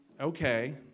okay